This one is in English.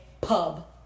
Pub